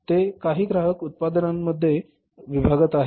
ते काही ग्राहक उत्पादनांमध्ये ग्राहक विभागात आहेत